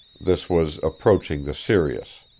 this was approaching the serious.